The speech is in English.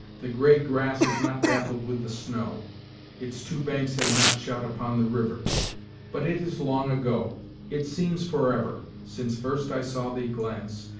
the gray grass is not dappled with the snow its two banks have not shut upon the river but it is long ago it seems forever since first i saw thee glance,